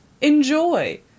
enjoy